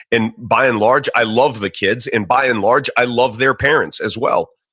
and by and large i love the kids. and by and large i love their parents as well.